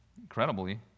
incredibly